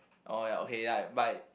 oh ya okay ya but